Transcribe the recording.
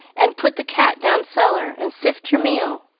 and put the cat down cellar, and sift your meal.